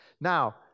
Now